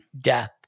death